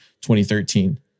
2013